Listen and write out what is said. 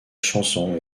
chanson